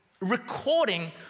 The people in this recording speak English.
recording